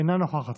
אינה נוכחת.